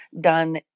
done